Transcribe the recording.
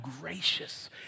gracious